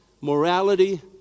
morality